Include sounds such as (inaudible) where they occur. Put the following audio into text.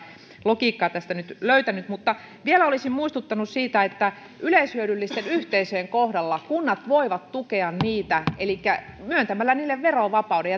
logiikkaa tästä nyt löytänyt mutta vielä olisin muistuttanut siitä että yleishyödyllisten yhteisöjen kohdalla kunnat voivat tukea niitä myöntämällä niille verovapauden (unintelligible)